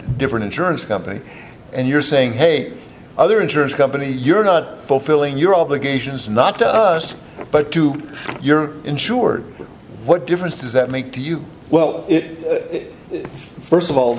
different insurance company and you're saying hey other insurance company you're not fulfilling your obligations not to us but to your insured what difference does that make to you well it first of all